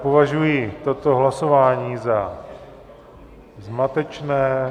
Považuji toto hlasování za zmatečné...